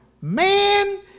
Man